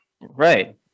Right